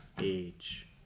age